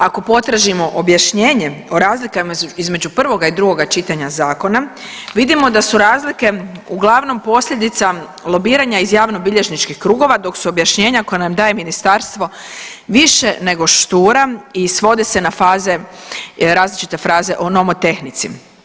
Ako potražimo objašnjenje o razlikama između prvoga i drugoga čitanja zakona, vidimo da su razlike uglavnom posljedica lobiranja iz javnobilježničkih krugova, dok su objašnjenja koja nam daje Ministarstvo više nego štura i svode se na faze, različite fraze o nomotehnici.